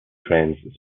trains